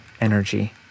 energy